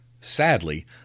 Sadly